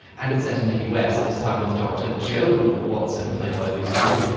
and it's set in the u s. this time with dr. joan watson played by lucy liu,